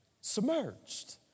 Submerged